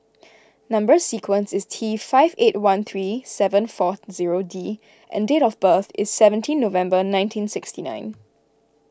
Number Sequence is T five eight one three seven four zero D and date of birth is seventeen November nineteen sixty nine